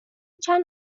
چند